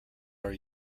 are